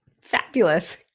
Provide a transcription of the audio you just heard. Fabulous